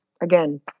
again